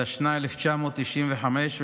התשנ"ה 1995,